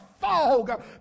fog